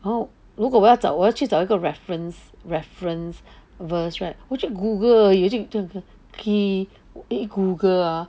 然后如果我要找我要去找一个 reference reference verse right 我去 Google 而已我去这样这样 key eh Google ah